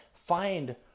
Find